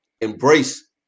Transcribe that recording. embrace